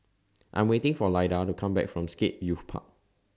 I'm waiting For Lyda to Come Back from Scape Youth Park